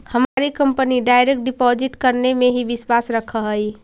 हमारी company direct deposit करने में ही विश्वास रखअ हई